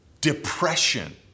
depression